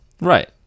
Right